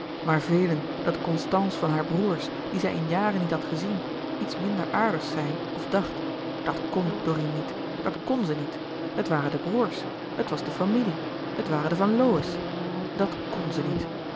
maar vélen dat constance van hare broêrs die zij in jaren niet had gezien iets minder louis couperus de boeken der kleine zielen aardigs zei of dacht dat kn dorine niet dat kn ze niet het waren de broêrs het was de familie het waren de van lowe's dat kn ze niet